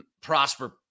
Prosper